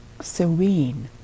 serene